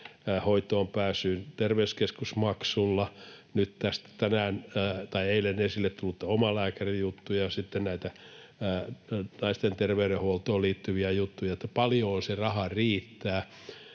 hoitoon pääsyyn terveyskeskusmaksulla, eilen esille tulleeseen omalääkärijuttuun ja sitten naisten terveydenhuoltoon liittyviin juttuihin — eli paljoon se raha riittää.